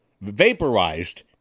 vaporized